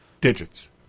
digits